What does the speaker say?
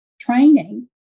training